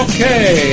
Okay